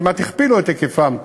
כמעט הכפילו את היקפן,